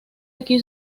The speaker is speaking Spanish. aquí